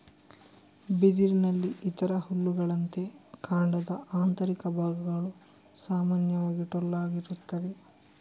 ಬಿದಿರಿನಲ್ಲಿ ಇತರ ಹುಲ್ಲುಗಳಂತೆ, ಕಾಂಡದ ಆಂತರಿಕ ಭಾಗಗಳು ಸಾಮಾನ್ಯವಾಗಿ ಟೊಳ್ಳಾಗಿರುತ್ತವೆ